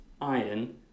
iron